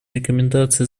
рекомендации